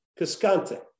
Cascante